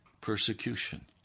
persecution